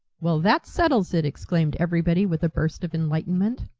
well, that settles it! exclaimed everybody with a burst of enlightenment.